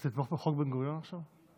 אז תתמוך בחוק בן-גוריון עכשיו?